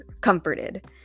comforted